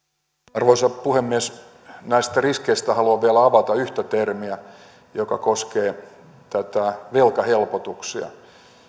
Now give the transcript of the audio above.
arvoisa puhemies näistä riskeistä haluan vielä avata yhtä termiä joka koskee näitä velkahelpotuksia